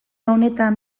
honetan